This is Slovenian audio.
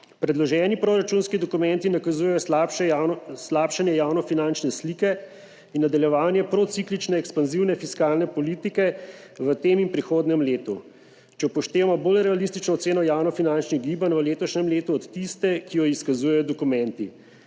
Predloženi proračunski dokumenti nakazujejo slabšanje javno finančne slike in nadaljevanje prociklične ekspanzivne fiskalne politike v tem in prihodnjem letu, če upoštevamo bolj realistično oceno javnofinančnih gibanj v letošnjem letu od tiste, ki jo izkazujejo dokumenti.